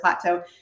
plateau